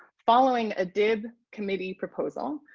following a dib committee proposal,